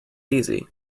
easy